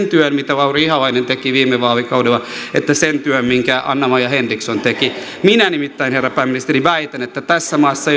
työn mitä lauri ihalainen teki viime vaalikaudella että sen työn minkä anna maja henriksson teki minä nimittäin herra pääministeri väitän että tässä maassa